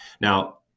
now